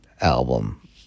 album